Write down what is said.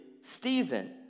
Stephen